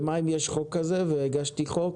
במים יש חוק כזה והגשתי חוק